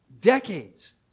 decades